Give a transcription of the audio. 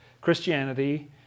Christianity